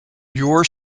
your